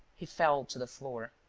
he fell to the floor.